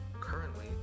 currently